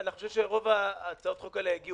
אני ביקשתי להפסיק, עם כל הכבוד לדיון הזה.